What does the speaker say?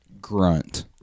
grunt